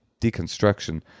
deconstruction